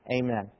Amen